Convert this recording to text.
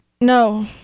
No